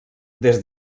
des